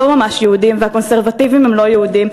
ממש יהודים והקונסרבטיבים הם לא יהודים,